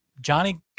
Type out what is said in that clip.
Johnny